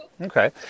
okay